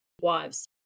wives